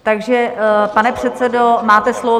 Takže pane předsedo, máte slovo.